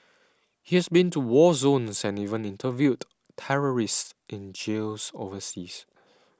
he has been to war zones and even interviewed terrorists in jails overseas